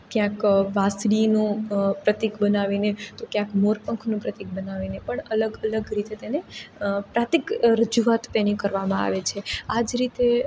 ક્યાંક વાંસળીનું પ્રતીક બનાવીને ક્યાંક મોરપંખનું પ્રતીક બનાવીને પણ અલગ અલગ રીતે તેને પ્રતીક રજૂઆત તેની કરવામાં આવે છે આ જ રીતે